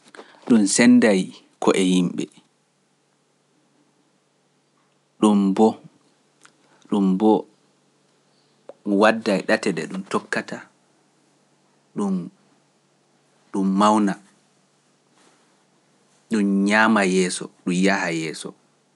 D ɗum senday ko e yimɓe ɗum mboo ɗum mboo wadday ɗate ɗe ɗum tokkata ɗum ɗum mawna ɗum ñaama yeeso ɗum yaha yeeso.